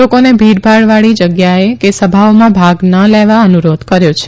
લોકોને ભીડવાળી જગ્યા કે સભાઓમાં ભાગ ન લેવા અનુરોધ કર્યો છે